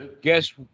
Guess